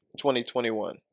2021